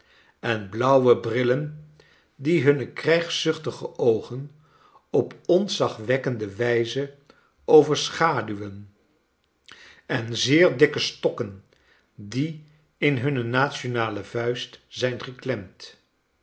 en blauwe brillen die hunne krijgszuchtige oogen op ontzagwekkende wijze overschaduwen en zeer dikke stokken die in hunne nationale vuist zijn